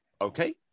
Okay